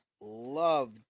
love